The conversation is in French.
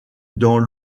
dans